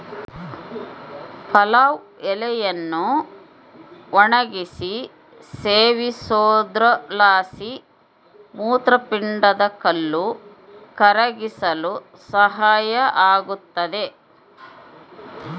ಪಲಾವ್ ಎಲೆಯನ್ನು ಒಣಗಿಸಿ ಸೇವಿಸೋದ್ರಲಾಸಿ ಮೂತ್ರಪಿಂಡದ ಕಲ್ಲು ಕರಗಿಸಲು ಸಹಾಯ ಆಗುತ್ತದೆ